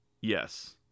Yes